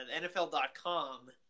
NFL.com